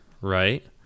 right